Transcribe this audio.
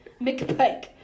McPike